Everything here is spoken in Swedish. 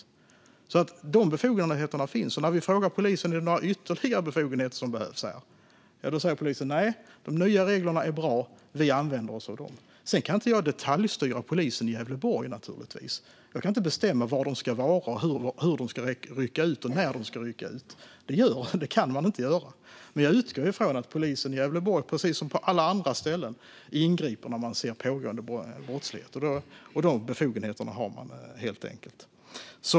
Dessa befogenheter finns alltså, och när vi frågar polisen om några ytterligare befogenheter behövs säger man: Nej, de nya reglerna är bra, vi använder oss av dem. Jag kan naturligtvis inte detaljstyra polisen i Gävleborg. Jag kan inte bestämma var de ska vara och hur och när de ska rycka ut. Det kan man inte göra. Men jag utgår från att polisen i Gävleborg, precis som på alla andra ställen, ingriper när man ser pågående brottslighet. De befogenheterna har man helt enkelt.